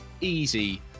easy